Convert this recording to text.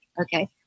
Okay